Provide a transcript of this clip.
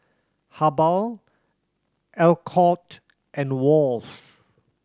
Habhal Alcott and Wall's